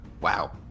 wow